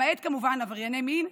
למעט כמובן עברייני מין,